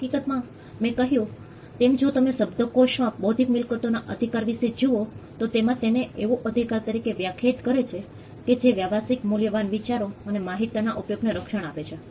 હકીકતમાં મેં કહ્યું તેમ જો તમે શબ્દકોશ માં બૌદ્ધિક મિલકતોના અધિકાર વિશે જુઓ તો તેમાં તેને એવા અધિકારો તરીકે વ્યાખ્યાયિત કરે છે કે જે વ્યવસાયિક મૂલ્યવાળા વિચારો અને માહિતી ના ઉપયોગ ને રક્ષણ આપે છે